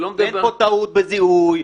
ואין פה טעות בזיהוי.